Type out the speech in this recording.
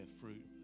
fruit